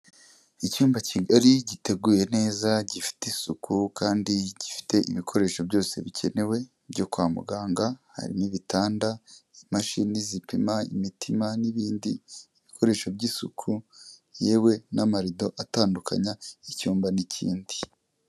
Icyumba kigari giteguye neza gifite isuku kandi gifite ibikoresho byose bikenewe byo kwa muganga, hari n'ibitanda imashini zipima imitima n'ibindi bikoresho by'isuku, yewe n'amarido atandu icyumba n'ikindi.